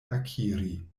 akiri